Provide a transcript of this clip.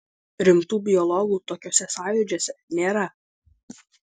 rimtų biologų tokiuose sąjūdžiuose nėra